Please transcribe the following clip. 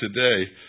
today